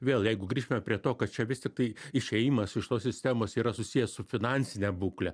vėl jeigu grįžtume prie to kad čia vis tiktai išėjimas iš tos sistemos yra susijęs su finansine būkle